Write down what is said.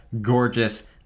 gorgeous